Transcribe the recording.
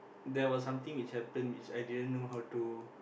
there was something which happen which I didn't know how to